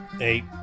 Eight